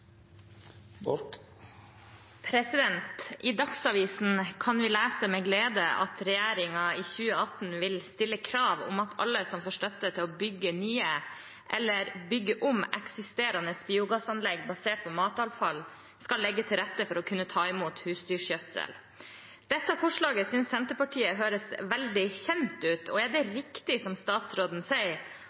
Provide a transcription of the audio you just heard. lese at regjeringen i 2018 vil stille krav om at alle som får støtte til å bygge nye, eller bygge om eksisterende, biogassanlegg basert på matavfall, skal legge til rette for å kunne ta imot husdyrgjødsel. Dette forslaget synes Senterpartiet høres veldig kjent ut. Er det riktig, som statsråden sier,